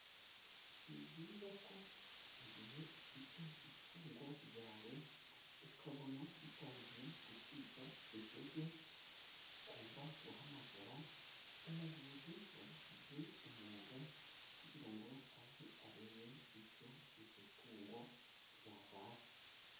Ni byiza ko mu gihe ufite itungo ryawe ukabona ritangiye gucika intege, ugomba guhamagara umuvuzi wabigize umwuga, kugira ngo aze arebe icyo iryo tungo ryabaye.